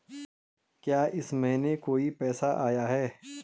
क्या इस महीने कोई पैसा आया है?